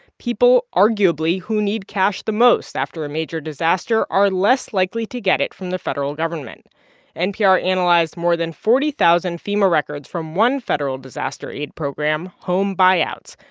people arguably who need cash the most after a major disaster, are less likely to get it from the federal government npr analyzed more than forty thousand fema records from one federal disaster aid program, home buyouts,